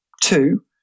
two